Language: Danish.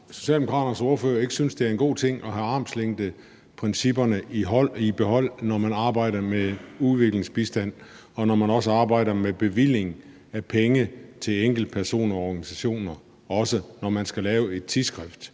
Socialdemokraternes ordfører ikke synes, det er en god ting at have armslængdeprincippet i behold, når man arbejder med udviklingsbistand og også arbejder med bevilling af penge til enkeltpersoner og organisationer – også når man skal lave et tidsskrift?